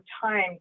time